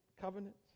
covenants